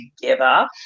together